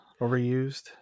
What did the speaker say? overused